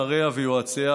שריה ויועציה,